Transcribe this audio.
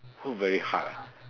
work very hard ah